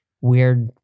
weird